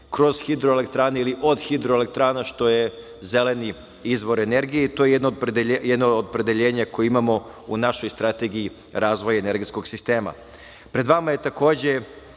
kroz hidroelektrane ili od hidroelektrana, što je zeleni izvor energije, i to je jedno od opredeljenja koje imamo u našoj strategiji razvoja energetskog sistema. Pred vama je i